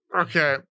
Okay